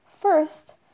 First